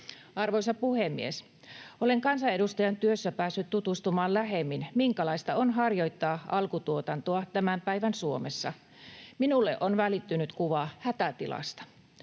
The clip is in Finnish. Arvoisa puhemies! Olen kansanedustajan työssä päässyt tutustumaan lähemmin siihen, minkälaista on harjoittaa alkutuotantoa tämän päivän Suomessa. Minulle on välittynyt kuva hätätilasta.